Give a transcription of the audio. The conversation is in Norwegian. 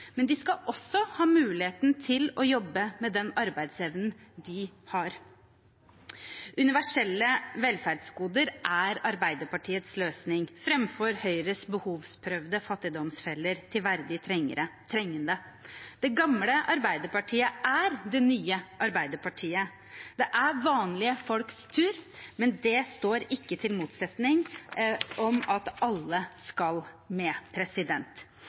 men de skal også ha muligheten til å jobbe med den arbeidsevnen de har. Universelle velferdsgoder er Arbeiderpartiets løsning, framfor Høyres behovsprøvde fattigdomsfeller til verdig trengende. Det gamle Arbeiderpartiet er det nye Arbeiderpartiet. Det er vanlige folks tur, men det står ikke i motsetning til at alle skal med.